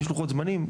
יש לוחות זמנים,